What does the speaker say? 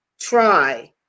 try